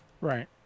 Right